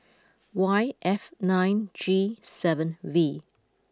Y F nine G seven V